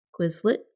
Quizlet